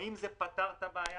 האם זה פתר את הבעיה?